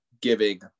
giving